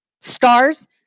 stars